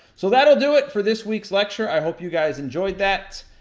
so that'll do it for this week's lecture. i hope you guys enjoyed that.